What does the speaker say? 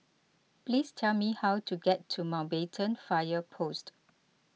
please tell me how to get to Mountbatten Fire Post